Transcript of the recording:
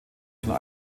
von